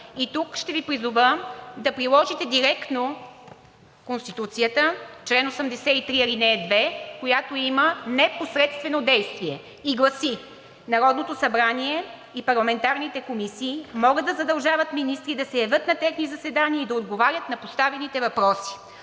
Тук ще Ви призова да приложите директно Конституцията – чл. 83, ал. 2, която има непосредствено действие и гласи: „Народното събрание и парламентарните комисии могат да задължават министри да се явят на техни заседания и да отговарят на поставените въпроси.“